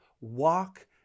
walk